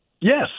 Yes